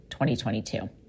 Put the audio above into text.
2022